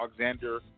Alexander